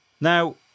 Now